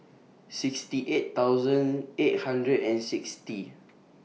sixty eight thousand eight hundred and sixty